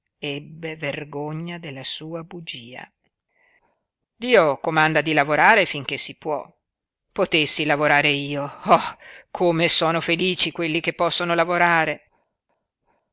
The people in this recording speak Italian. ebbe vergogna della sua bugia dio comanda di lavorare finché si può potessi lavorare io oh come sono felici quelli che possono lavorare